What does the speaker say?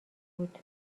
بود